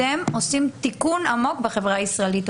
אתם עושים תיקון עמוק בחברה הישראלית.